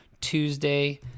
tuesday